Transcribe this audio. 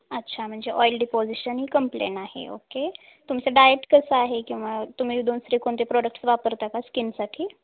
अच्छा म्हणजे oil deposition ही कंप्लेन आहे ओके तुमचं डायट कसं आहे किंवा तुम्ही दुसरे कोणते प्रोडक्ट्स वापरता का स्कीनसाठी